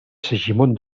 segimon